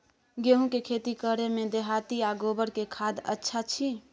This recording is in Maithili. गेहूं के खेती करे में देहाती आ गोबर के खाद अच्छा छी?